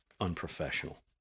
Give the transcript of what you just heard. unprofessional